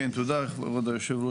כן, תודה אדוני היו"ר.